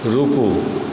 रूकू